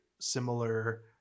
similar